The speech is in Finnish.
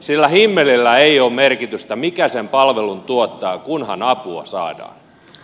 sillä himmelillä ei ole merkitystä mikä sen palvelun tuottaa kunhan apua saadaan